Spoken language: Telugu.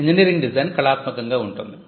ఇంజనీరింగ్ డిజైన్ కళాత్మకంగా ఉంటుంది